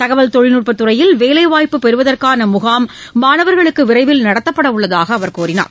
தகவல் தொழில்நுட்பத் துறையில் வேலைவாய்ப்பு பெறுவதற்கான முகாம் மாணவர்களுக்கு விரைவில் நடத்தப்படவுள்ளதாக அவர் கூறினார்